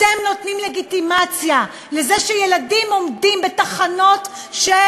אתם נותנים לגיטימציה לזה שילדים עומדים בתחנות של